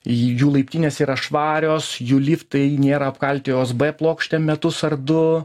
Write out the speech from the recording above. jų laiptinės yra švarios jų liftai nėra apkalti osb plokštėm metus ar du